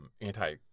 anti